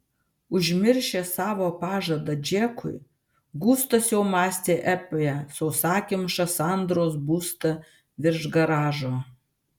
užmiršęs savo pažadą džekui gustas jau mąstė apie sausakimšą sandros būstą virš garažo